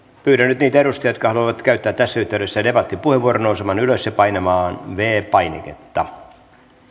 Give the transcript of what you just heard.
pyydän nyt niitä edustajia jotka haluavat käyttää tässä yhteydessä debattipuheenvuoron nousemaan ylös ja painamaan viides painiketta